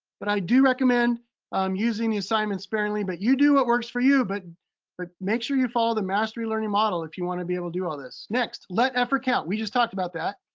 but i do recommend um using the assignments sparingly, but you do what works for you, but but make sure you follow the mastery learning model if you wanna be able to do all this. next, let effort count. we just talked about that.